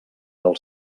del